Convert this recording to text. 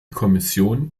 kommission